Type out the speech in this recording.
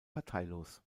parteilos